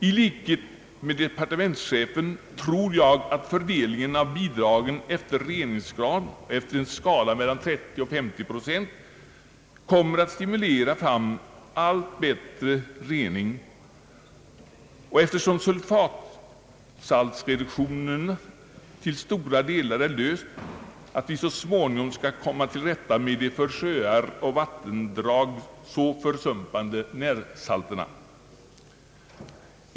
I likhet med departementschefen tror jag att fördelningen av bidragen efter reningsgrad och efter en skala mellan 30 och 50 procent kommer att stimulera fram allt bättre rening och, eftersom sulfatsaltsreduktionen till stora delar är löst, att vi så småningom skall komma till rätta med de för sjöar och vattendrag så försumpande närsalterna.